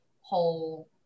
whole